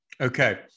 Okay